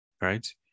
Right